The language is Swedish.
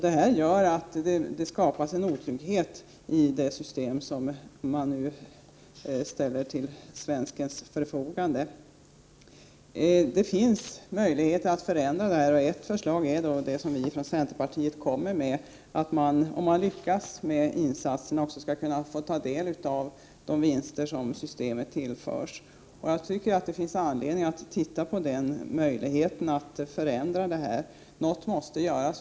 Detta gör att det skapas en otrygghet i det system som man nu ställer till svenskens förfogande. Det finns möjligheter att förändra dessa förhållanden och ett förslag i den riktningen är det som vi från centerpartiet försvarar, nämligen att man om man lyckas med insatserna, också skall få del av de vinster som tillförs systemet. Jag tycker att det finns anledning att studera möjligheterna att göra en sådan förändring. Något måste göras.